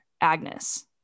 Agnes